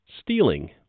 stealing